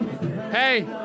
Hey